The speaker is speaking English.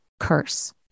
Curse